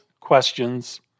questions